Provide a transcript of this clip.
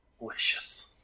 delicious